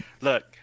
Look